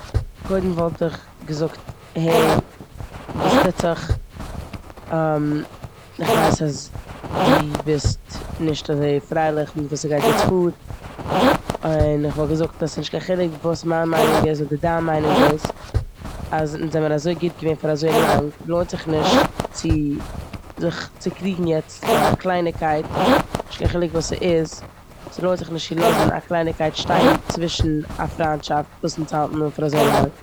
קודם וואלט איך געזאגט העי, וואס טוט זיך. כ'ווייס אז דו בוסט נישט אזוי פרייליך מיט וואס ס'גייט יעצט פאר און כ'וואלט געזאגט אז ס'נישט קיין חילוק וואס מיין מיינונג איז אדער דיין מיינונג איז, אז אונז זענען אזוי גוט געווען פאר אזוי לאנג לוינט זיך נישט צו זיך צוקריגן יעצט פאר א קלייניגקייט, נישט קיין חילוק וואס ס'איז. ס'לוינט זיך נישט צו לאזן א קלייניגקייט שטיין צווישן א פריינטשאפט וואס אונז האלטן אן פאר אזוי לאנג.